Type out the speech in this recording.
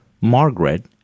Margaret